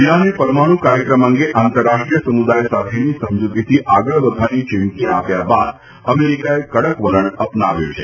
ઇરાને પરમાણુ કાર્યક્રમ અંગે આંતરરાષ્ટ્રીય સમુદાય સાથેની સમજૂતીથી આગળ વધવાની ચીમકી આપ્યા બાદ અમેરીકાએ કડક વલણ અપનાવ્યું છે